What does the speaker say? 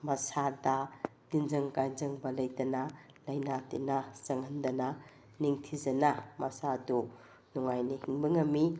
ꯃꯁꯥꯗ ꯇꯤꯟꯖꯪ ꯀꯥꯏꯖꯪꯕ ꯂꯩꯇꯅ ꯂꯩꯅꯥ ꯇꯤꯟꯅꯥ ꯆꯪꯍꯟꯗꯅ ꯅꯤꯡꯊꯤꯖꯅ ꯃꯁꯥꯗꯨ ꯅꯨꯉꯥꯏꯅ ꯍꯤꯡꯕ ꯉꯝꯃꯤ